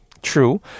true